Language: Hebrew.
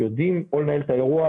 יודעים לנהל את האירוע,